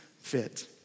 fit